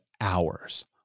hours